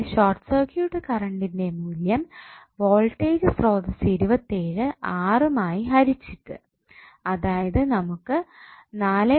ഇവിടെ short circuit കറണ്ടിന്റെ മൂല്യം വോൾട്ടേജ് സ്രോതസ്സ് 27 6 മായി ഹരിച്ചിട്ടു അതായത് നമുക്ക് 4